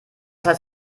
heißt